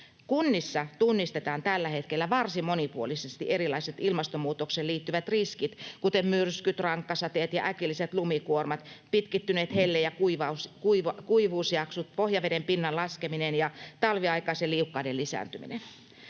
Kunnissa tunnistetaan tällä hetkellä varsin monipuolisesti erilaiset ilmastonmuutokseen liittyvät riskit, kuten myrskyt, rankkasateet ja äkilliset lumikuormat, pitkittyneet helle- ja kuivuusjaksot, pohjaveden pinnan laskeminen ja talviaikaisen liukkauden lisääntyminen.